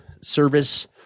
service